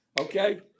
okay